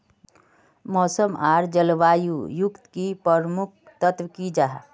मौसम आर जलवायु युत की प्रमुख तत्व की जाहा?